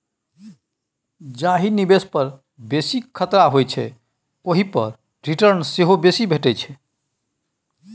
जाहि निबेश पर बेसी खतरा होइ छै ओहि पर रिटर्न सेहो बेसी भेटै छै